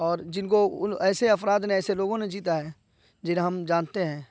اور جن کو ان ایسے افراد نے ایسے لوگوں نے جیتا ہے جنہیں ہم جانتے ہیں